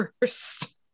first